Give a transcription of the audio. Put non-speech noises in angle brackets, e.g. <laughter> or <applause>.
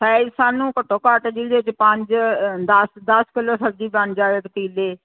<unintelligible> ਸਾਨੂੰ ਘੱਟੋ ਘੱਟ ਜਿਹਦੇ ਵਿੱਚ ਪੰਜ ਦਸ ਦਸ ਕਿਲੋ ਸਬਜ਼ੀ ਬਣ ਜਾਵੇ ਪਤੀਲੇ